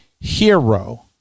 hero